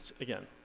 again